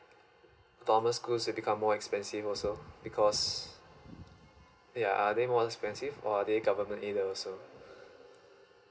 autonomous schools are become more expensive also because they are they more expensive or are they government either also